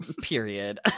period